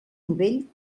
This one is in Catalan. novell